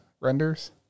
renders